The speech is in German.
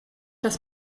das